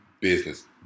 business